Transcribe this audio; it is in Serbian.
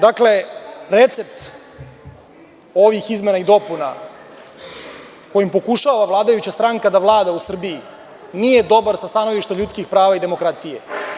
Dakle, recept ovih izmena i dopuna, kojim pokušava vladajuća stranka da Vlada u Srbiji, nije dobar sa stanovišta ljudskih prava i demokratije.